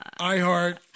iHeart